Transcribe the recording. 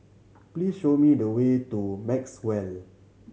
please show me the way to Maxwell